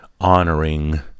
honoring